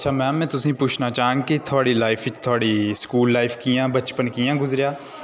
अच्छा मैम में तुसेंगी पुच्छना चाह्ङ कि थुहाड़ी लाइफ च थुहाड़ी स्कूल लाइफ कि'यां बचपन कि'यां गुजरेआ